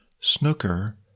Snooker